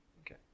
Okay